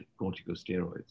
corticosteroids